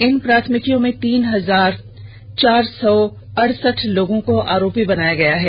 इन प्राथमिकियों में तीन हजार चार सौ अठ्सठ लोगों को आरोपी बनाया गया है